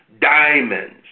diamonds